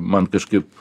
man kažkaip